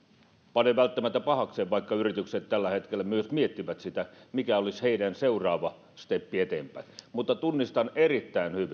pane välttämättä pahakseni vaikka yritykset tällä hetkellä myös miettisivät sitä mikä olisi heidän seuraava steppinsä eteenpäin mutta tunnistan erittäin hyvin tämän